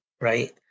right